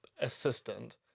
assistant